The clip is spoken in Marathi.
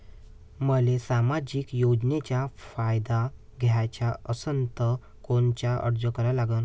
मले सामाजिक योजनेचा फायदा घ्याचा असन त कोनता अर्ज करा लागन?